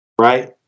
right